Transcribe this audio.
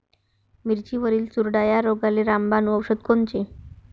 मिरचीवरील चुरडा या रोगाले रामबाण औषध कोनचे?